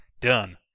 Done